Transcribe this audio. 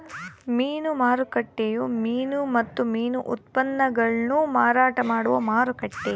ಮೀನು ಮಾರುಕಟ್ಟೆಯು ಮೀನು ಮತ್ತು ಮೀನು ಉತ್ಪನ್ನಗುಳ್ನ ಮಾರಾಟ ಮಾಡುವ ಮಾರುಕಟ್ಟೆ